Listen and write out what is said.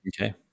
Okay